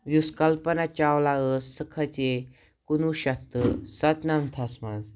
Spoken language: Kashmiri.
یُس کلپنہ چاولہ ٲس سۄ کھٔژے کُنوُہ شَتھ تہٕ ستنَمتھَس منٛز